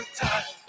touch